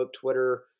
Twitter